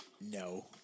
No